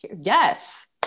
yes